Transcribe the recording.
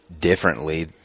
differently